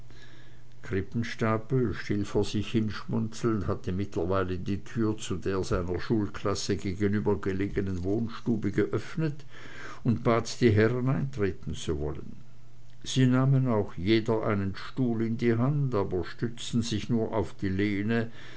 still vor sich hin schmunzelnd hatte mittlerweile die tür zu der seiner schulklasse gegenüber gelegenen wohnstube geöffnet und bat die herren eintreten zu wollen sie nahmen auch jeder einen stuhl in die hand aber stützten sich nur auf die lehne